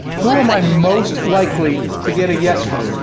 who am i most likely to get a yes from?